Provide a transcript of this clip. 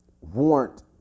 warrant